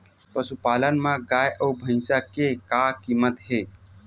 पशुपालन मा गाय अउ भंइसा के का कीमत हे?